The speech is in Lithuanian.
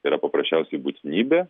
tai yra paprasčiausiai būtinybė